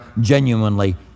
genuinely